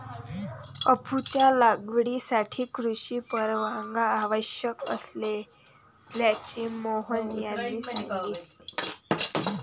अफूच्या लागवडीसाठी कृषी परवाना आवश्यक असल्याचे मोहन यांनी सांगितले